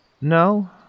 No